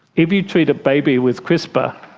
if you treat a baby with crispr,